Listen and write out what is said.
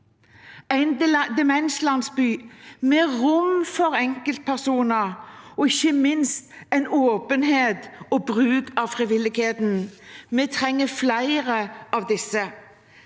en demenslandsby med rom for enkeltpersoner – og ikke minst åpenhet og bruk av frivilligheten. Vi trenger flere av disse.